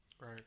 right